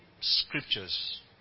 scriptures